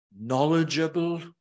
knowledgeable